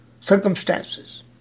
circumstances